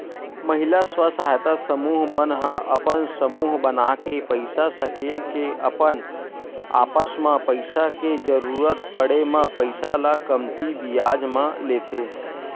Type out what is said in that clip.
महिला स्व सहायता समूह मन ह अपन समूह बनाके पइसा सकेल के अपन आपस म पइसा के जरुरत पड़े म पइसा ल कमती बियाज म लेथे